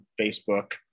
Facebook